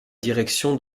direction